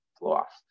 lost